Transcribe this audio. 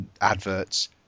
adverts